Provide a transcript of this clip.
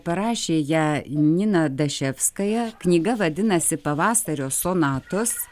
parašė ją nina daševskaja knyga vadinasi pavasario sonatos